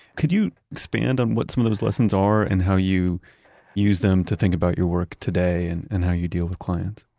could you expand on what some of those lessons are and how you use them to think about your work today and and how you deal with clients?